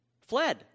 fled